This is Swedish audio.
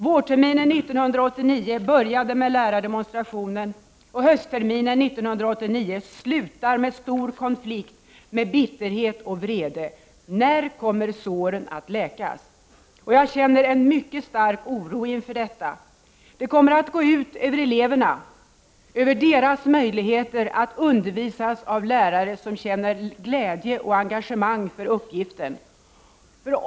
Vårterminen 1989 började med lärardemonstrationer och höstterminen 1989 slutar med stor konflikt, bitterhet och vrede. När kommer såren att läkas? Jag känner en mycket stark oro inför detta. Det kommer att gå ut över eleverna och över deras möjligheter att undervisas av lärare som känner glädje och engagemang för uppgiften.